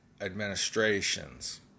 administrations